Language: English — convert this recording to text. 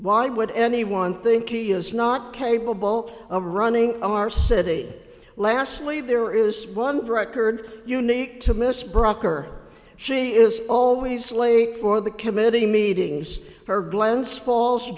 why would anyone think he is not capable of running our city lastly there is one record unique to miss brucker she is always late for the committee meetings her glens fal